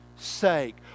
sake